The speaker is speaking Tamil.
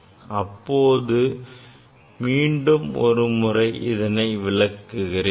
அப்போது மீண்டும் செயல் முறையை விளக்குகிறேன்